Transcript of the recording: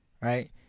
right